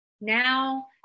now